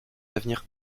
avenir